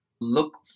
look